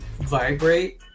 vibrate